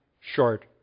short